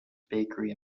bakery